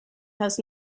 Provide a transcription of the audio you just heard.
has